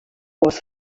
was